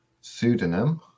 pseudonym